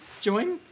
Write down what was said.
join